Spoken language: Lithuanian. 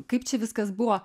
kaip čia viskas buvo